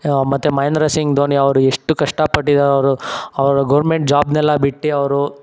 ಮತ್ತು ಮಹೇಂದ್ರ ಸಿಂಗ್ ಧೋನಿ ಅವರು ಎಷ್ಟು ಕಷ್ಟ ಪಟ್ಟಿದಾರೆ ಅವರು ಅವರು ಗವ್ರ್ಮೆಂಟ್ ಜಾಬ್ನೆಲ್ಲ ಬಿಟ್ಟು ಅವರು